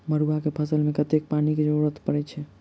मड़ुआ केँ फसल मे कतेक पानि केँ जरूरत परै छैय?